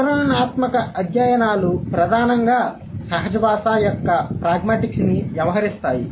వివరణాత్మక అధ్యయనాలు ప్రధానంగా సహజ భాష యొక్క ప్రాగ్మాటిక్స్ ని వ్యవహరిస్తాయి